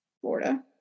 Florida